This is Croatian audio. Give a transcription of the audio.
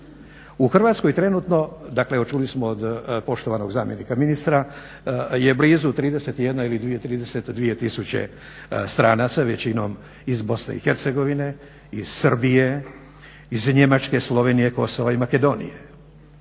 U Hrvatskoj trenutno, dakle evo čuli smo od poštovanog zamjenika ministra, je blizu 31 ili 32 tisuće stranaca, većinom iz BiH, iz Srbije, iz Njemačke, Slovenije, Kosova i Makedonije.